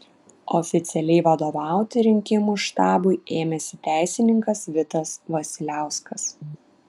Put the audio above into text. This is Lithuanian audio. oficialiai vadovauti rinkimų štabui ėmėsi teisininkas vitas vasiliauskas